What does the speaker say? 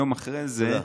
יום אחרי זה,